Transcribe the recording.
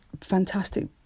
fantastic